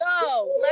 go